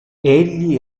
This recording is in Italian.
egli